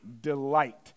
delight